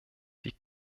die